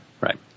Right